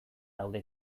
daude